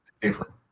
different